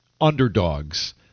underdogs